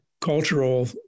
cultural